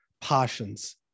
passions